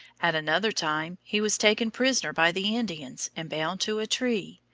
at another time, he was taken prisoner by the indians and bound to a tree.